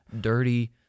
dirty